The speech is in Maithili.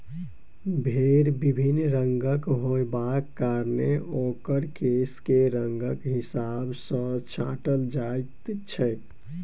भेंड़ विभिन्न रंगक होयबाक कारणेँ ओकर केश के रंगक हिसाब सॅ छाँटल जाइत छै